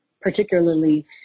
particularly